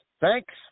Thanks